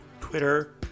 Twitter